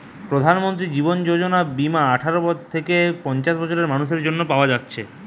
প্রধানমন্ত্রী জীবন যোজনা বীমা আঠারো থিকে পঞ্চাশ বছরের মানুসের জন্যে পায়া যাচ্ছে